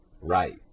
Right